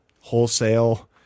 wholesale